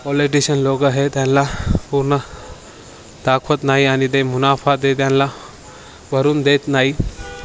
politician लोक आहे त्यांना पूर्ण दाखवत नाही आणि ते मुनाफा ते त्यांना भरून देत नाही